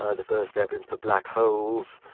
ah the first evidence for black holes,